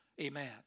Amen